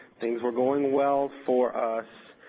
things were going well for us,